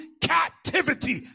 captivity